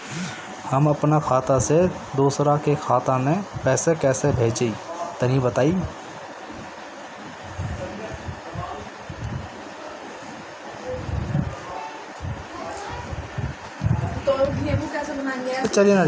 हम आपन खाता से दोसरा के खाता मे पईसा कइसे भेजि तनि बताईं?